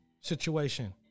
situation